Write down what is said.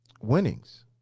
winnings